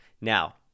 Now